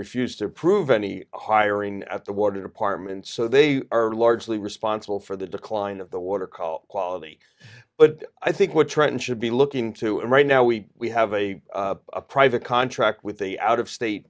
refused to approve any hiring at the war department so they are largely responsible for the decline of the water call quality but i think what trend should be looking to right now we have a private contract with the out of state